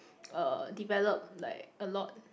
uh developed like a lot